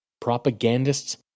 propagandists